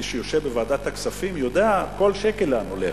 מי שיושב בוועדת הכספים יודע כל שקל לאן הוא הולך.